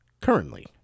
currently